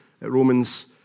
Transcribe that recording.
Romans